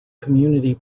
community